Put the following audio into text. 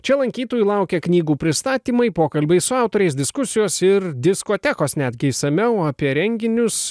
čia lankytojų laukia knygų pristatymai pokalbiai su autoriais diskusijos ir diskotekos netgi išsamiau apie renginius